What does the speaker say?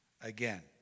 again